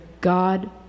God